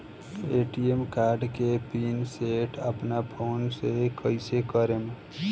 ATM card के PIN set अपना phone से कइसे करेम?